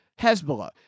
Hezbollah